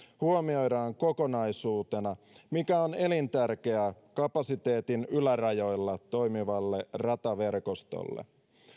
huomioidaan kokonaisuutena mikä on elintärkeää kapasiteetin ylärajoilla toimivalle rataverkostolle